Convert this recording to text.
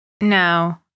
No